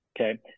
Okay